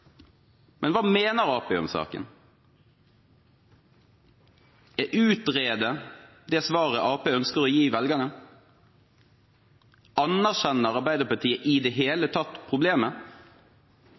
men hva mener Arbeiderpartiet om saken? Er utrede det svaret Arbeiderpartiet ønsker å gi velgerne? Anerkjenner Arbeiderpartiet i det